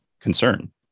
concern